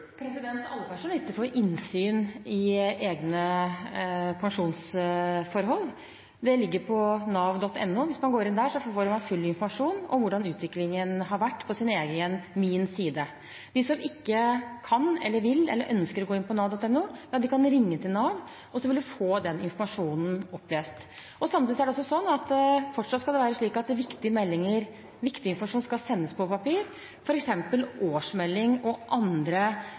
Alle pensjonister får jo innsyn i egne pensjonsforhold. Det ligger på nav.no. Hvis man går inn der, får man full informasjon om hvordan utviklingen har vært på sin egen «min side». De som ikke kan, vil eller ønsker å gå inn på nav.no, kan ringe til Nav, og så vil de få den informasjonen opplest. Samtidig skal det fortsatt være slik at viktige meldinger og viktig informasjon skal sendes på papir, f.eks. årsmelding og andre